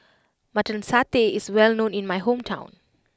Mutton Satay is well known in my hometown